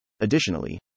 Additionally